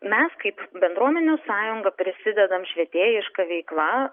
mes kaip bendruomenių sąjunga prisidedam švietėjiška veikla